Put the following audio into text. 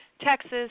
Texas